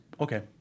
okay